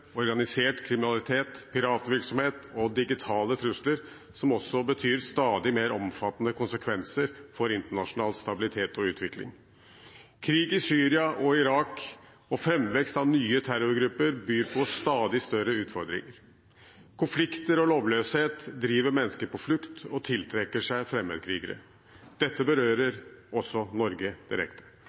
organisert kriminalitet, piratvirksomhet og digitale trusler, som også betyr stadig mer omfattende konsekvenser for internasjonal stabilitet og utvikling. Krig i Syria og Irak og fremvekst av nye terrorgrupper byr på stadig større utfordringer. Konflikter og lovløshet driver mennesker på flukt og tiltrekker seg fremmedkrigere. Dette berører også Norge direkte.